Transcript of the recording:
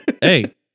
hey